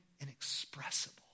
inexpressible